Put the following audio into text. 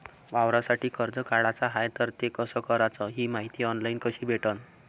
वावरासाठी कर्ज काढाचं हाय तर ते कस कराच ही मायती ऑनलाईन कसी भेटन?